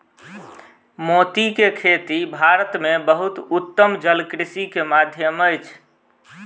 मोती के खेती भारत में बहुत उत्तम जलकृषि के माध्यम अछि